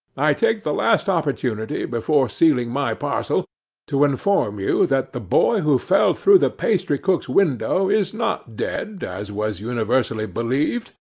i take the last opportunity before sealing my parcel to inform you that the boy who fell through the pastrycook's window is not dead, as was universally believed,